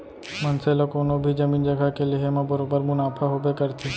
मनसे ला कोनों भी जमीन जघा के लेहे म बरोबर मुनाफा होबे करथे